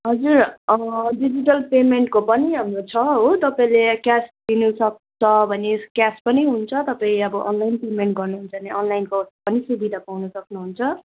हजुर डिजिटल पेमेन्टको पनि हाम्रो छ हो तपाईँले क्यास दिनु सक्छ भने क्यास पनि हुन्छ तपाईँ अब अनलाइन पेमेन्ट गर्नु हुन्छ भने अनलाइनको पनि सुविधा पाउनु सक्नुहुन्छ